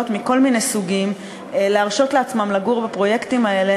מכל מיני סוגים להרשות לעצמן לגור בפרויקטים האלה,